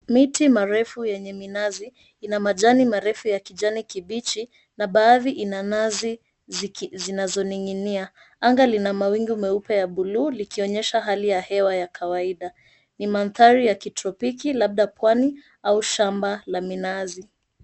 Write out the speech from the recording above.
Miti marefu yenye minazi ina majani marefu ya rangi ya kijani kibichi na baadhi ina nazi zinazoning'inia amga lina mawingu meupe ya bluu kuonyesha hali ya hewa ya kawaida ni mandhari ya kitropiki labda pwani au shamba la minazi.